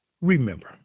Remember